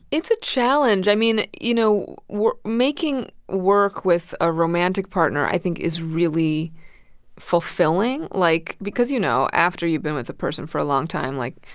it's a challenge. i mean, you know, making work with a romantic partner, i think, is really fulfilling, like, because, you know, after you've been with a person for a long time, like,